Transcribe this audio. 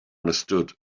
understood